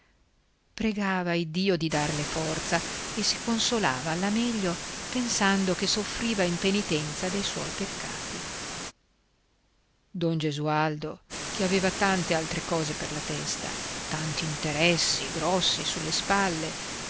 guanciale pregava iddio di darle forza e si consolava alla meglio pensando che soffriva in penitenza dei suoi peccati don gesualdo che aveva tante altre cose per la testa tanti interessi grossi sulle spalle